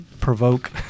provoke